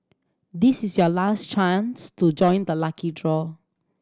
this is your last chance to join the lucky draw